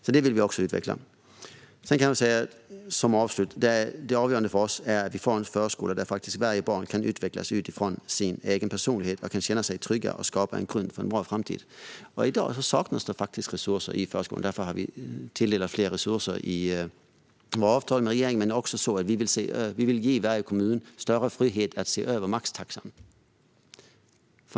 Detta vill vi också utveckla. Det avgörande för oss är att vi får en förskola där varje barn kan utvecklas utifrån sin egen personlighet, känna sig trygg och få en grund för en bra framtid. I dag saknas det resurser i förskolan. Därför har vi avsatt större resurser i och med våra avtal med regeringen. Vi vill dessutom ge varje kommun större frihet att se över maxtaxan.